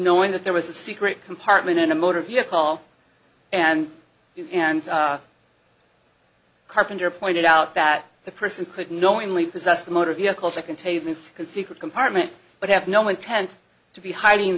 knowing that there was a secret compartment in a motor vehicle and and carpenter pointed out that the person could knowingly possess the motor vehicle that contains can secret compartment but have no intent to be hiding